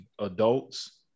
adults